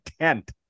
tent